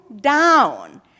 down